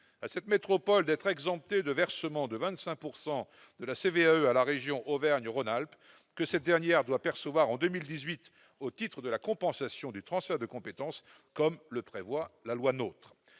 à cette métropole d'être exempté de versement de 25 pourcent de la CVE à la région Auvergne-Rhône-Alpes que cette dernière doit percevoir en 2018 au titre de la compensation du transfert de compétences, comme le prévoit la loi nôtre